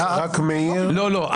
לא, לא.